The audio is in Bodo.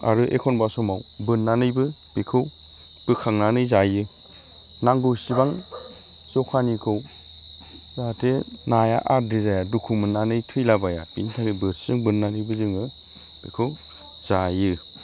आरो एखनब्ला समाव बोननानैबो बेखौ बोखांनानै जायो नांगौसिबां जखानिखौ जाहाथे नाया आद्रि जाया दुखु मोननानै थैलाबाया बेखायनो बोरसिजों बोननानैबो जोङो बेखौ जायो